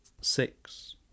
Six